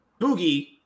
Boogie